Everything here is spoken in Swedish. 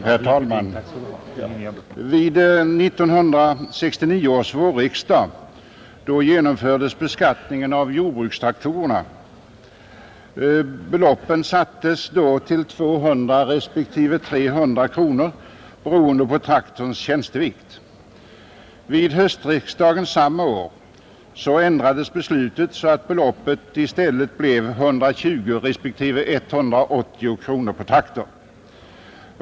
Herr talman! Vid 1969 års vårriksdag genomfördes beskattningen av jordbrukstraktorer. Beloppen sattes till 200 respektive 300 kronor beroende på traktorns tjänstevikt. Vid höstriksdagen samma år ändrades beslutet, så att beloppen i stället blev 120 respektive 180 kronor per traktor.